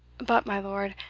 but, my lord,